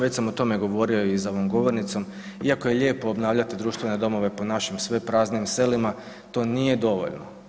Već sam o tome govorio i za ovom govornicom, iako je lijepo obnavljati društvene domove po našim sve praznim selima, to nije dovoljno.